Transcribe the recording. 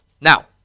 Now